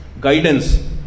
Guidance